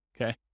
okay